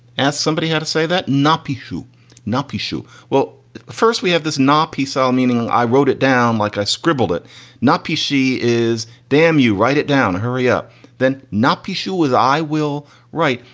ask somebody how to say that not be who nappi issue. well first we have this not psr so meaning i wrote it down like i scribbled it not p c. is damn you write it down. hurry up then not be sure was i will write.